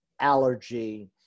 allergy